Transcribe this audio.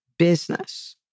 business